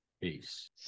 Peace